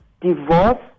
divorce